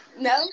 no